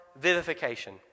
vivification